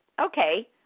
okay